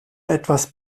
etwas